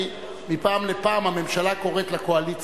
כי מפעם לפעם הממשלה קוראת לקואליציה,